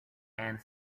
and